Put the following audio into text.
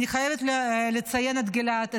אני חייבת לציין את גלעד,